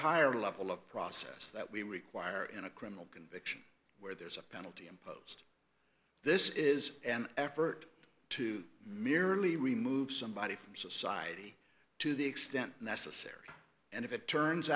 higher level of process that we require in a criminal conviction where there's a penalty imposed this is an effort to merely remove somebody from society to the extent necessary and if it turns